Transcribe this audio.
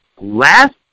last